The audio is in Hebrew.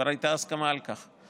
כבר הייתה הסכמה על כך,